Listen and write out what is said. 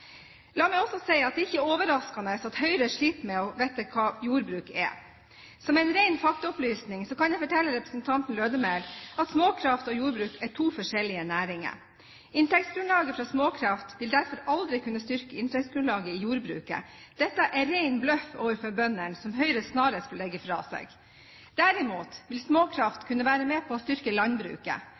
La meg også si at det ikke er overraskende at Høyre sliter med å vite hva jordbruk er. Som en ren faktaopplysning kan jeg fortelle representanten Lødemel at småkraft og jordbruk er to forskjellige næringer. Inntektsgrunnlaget fra småkraft vil derfor aldri kunne styrke inntektsgrunnlaget i jordbruket. Dette er ren bløff overfor bøndene som Høyre snarest bør legge av seg. Derimot vil småkraft kunne være med på å styrke landbruket.